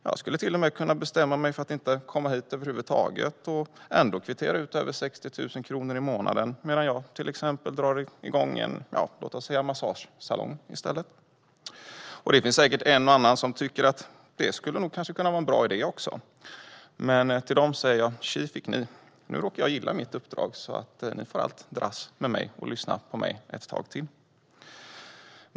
Jag skulle till och med kunna bestämma mig för att inte komma hit över huvud taget och ändå kunna kvittera ut över 60 000 kronor i månaden medan jag kanske drar igång en massagesalong i stället. Det finns säkert en och annan som tycker att det skulle vara en bra idé, men till dem säger jag: Tji fick ni! Jag råkar gilla mitt uppdrag, så ni får allt dras med mig och lyssna på mig ett tag till.